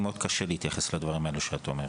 מאוד קשה להתייחס לדברים האלה שאת אומרת,